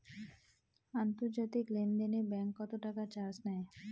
আন্তর্জাতিক লেনদেনে ব্যাংক কত টাকা চার্জ নেয়?